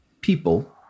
people